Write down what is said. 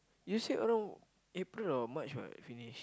you said around April or March what finish